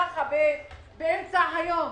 נרצחים באמצע היום